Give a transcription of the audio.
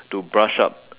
to brush up